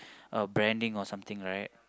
uh branding or something right